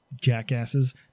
jackasses